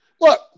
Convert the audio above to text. Look